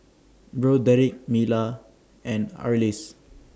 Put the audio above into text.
Broderick Mila and Arlis